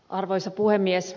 arvoisa puhemies